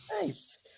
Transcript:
nice